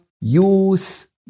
youth